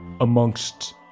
amongst